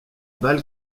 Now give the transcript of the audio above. balle